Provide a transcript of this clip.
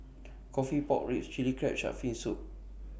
Coffee Pork Ribs Chilli Crab Shark's Fin Soup